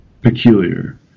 peculiar